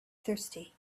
thirsty